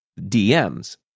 DMs